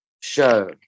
show